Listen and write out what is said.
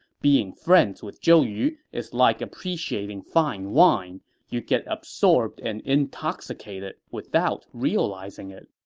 being friends with zhou yu is like appreciating fine wine you get absorbed and intoxicated without realizing it.